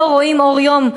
לא רואים אור יום,